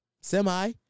Semi